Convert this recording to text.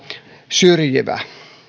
syrjivä